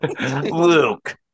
Luke